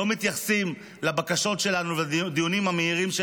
לא מתייחסים לבקשות שלנו בכובד ראש בדיונים המהירים,